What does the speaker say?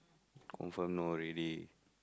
confirm know already